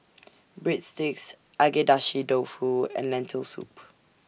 Breadsticks Agedashi Dofu and Lentil Soup